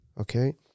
okay